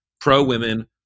pro-women